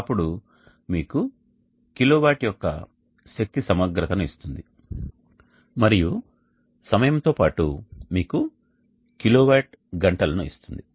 అప్పుడు ఇది మీకు కిలోవాట్ యొక్క శక్తి సమగ్రతను ఇస్తుంది మరియు సమయం తో పాటు మీకు కిలోవాట్ గంటలను ఇస్తుంది